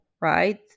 right